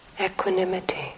Equanimity